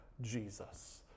Jesus